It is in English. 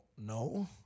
No